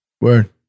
Word